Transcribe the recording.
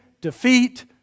defeat